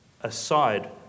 aside